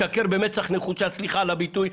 משקר במצח נחושה סליחה על הביטוי,